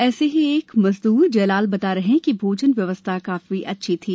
ऐसे ही एक मजद्र जयलाल बता रहे है कि भोजन व्यवस्था काफी अच्छी थी